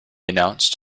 announced